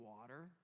water